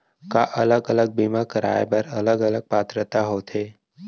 का अलग अलग बीमा कराय बर अलग अलग पात्रता होथे?